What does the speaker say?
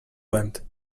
went